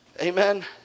Amen